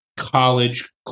college